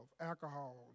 alcohol